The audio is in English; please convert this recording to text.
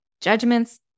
judgments